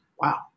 Wow